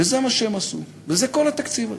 וזה מה שהם עשו, וזה כל התקציב הזה.